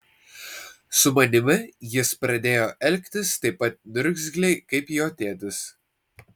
su manimi jis pradėjo elgtis taip pat niurzgliai kaip jo tėtis